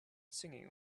singing